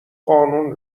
قانون